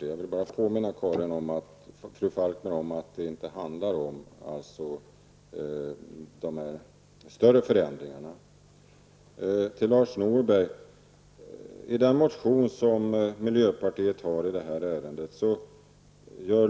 Jag vill bara påminna Karin Falkmer om att det inte handlar om några större förändringar. I miljöpartiets reservation gör